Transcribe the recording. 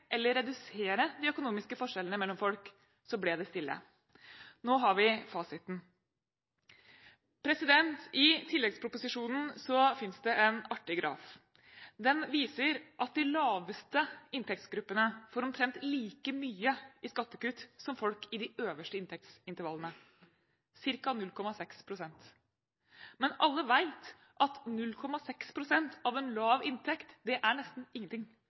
eller redusere de økonomiske forskjellene mellom folk, ble det stille. Nå har vi fasiten. I tilleggsproposisjonen finnes det en artig graf. Den viser at de laveste inntektsgruppene får omtrent like mye i skattekutt som folk i de øverste inntektsintervallene, ca. 0,6 pst. Men alle vet at 0,6 pst. av en lav inntekt, er nesten ingenting,